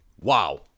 Wow